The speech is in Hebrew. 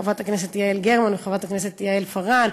חברת הכנסת יעל גרמן וחברת הכנסת יעל פארן,